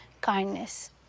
kindness